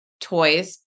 toys